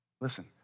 Listen